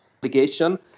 obligation